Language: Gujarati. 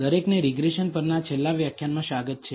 દરેકને રીગ્રેશન પરના આ છેલ્લા વ્યાખ્યાનમાં સ્વાગત છે